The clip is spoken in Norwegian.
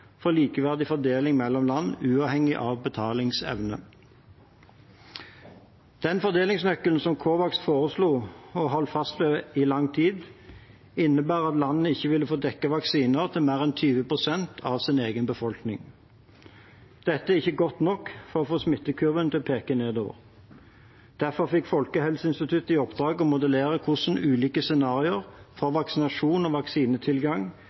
for likeverdig fordeling mellom land – uavhengig av betalingsevne. Den fordelingsnøkkelen som COVAX foreslo og holdt fast ved i lang tid, innebar at landene ikke ville få dekket vaksiner til mer enn 20 pst. av sin egen befolkning. Dette er ikke godt nok for å få smittekurven til å peke nedover. Derfor fikk Folkehelseinstituttet i oppdrag å modellere hvordan ulike scenarioer for vaksinasjon og vaksinetilgang